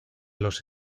los